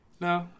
no